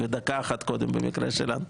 ודקה אחת קודם במקרה שלנו.